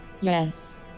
Yes